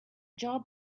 job